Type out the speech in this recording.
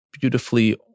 beautifully